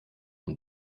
und